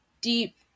deep